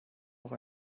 noch